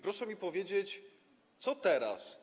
Proszę mi powiedzieć, co teraz.